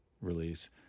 release